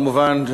כמובן,